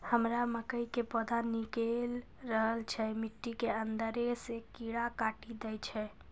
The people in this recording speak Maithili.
हमरा मकई के पौधा निकैल रहल छै मिट्टी के अंदरे से कीड़ा काटी दै छै?